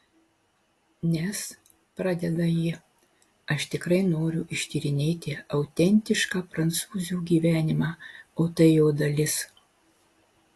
nes pradeda ji aš tikrai noriu ištyrinėti autentišką prancūzių gyvenimą o tai jo dalis